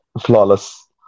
flawless